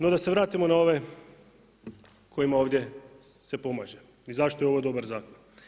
No da se vratimo na ove kojima ovdje se pomaže i zašto je ovo dobar zakon.